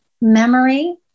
memory